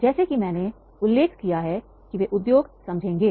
जैसा कि मैंने उल्लेख किया है कि वे उद्योग समझेंगे